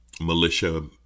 militia